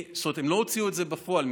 הם לא הוציאו את זה בפועל,